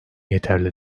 yeterli